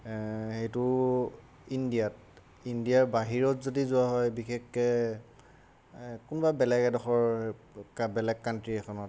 সেইটো ইণ্ডিয়াত ইণ্ডিয়াৰ বাহিৰত যদি যোৱা হয় বিশেষকৈ এই কোনোবা বেলেগ এডোখৰ বেলেগ কান্ট্ৰি এখনত